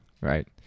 right